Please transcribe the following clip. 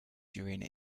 during